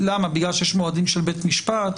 למה בגלל שיש מועדים של בית משפט?